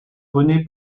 rené